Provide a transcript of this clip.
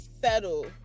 settle